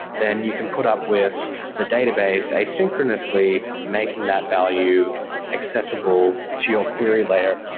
then you can put up with the database asynchronously making that value accessible to your query layer.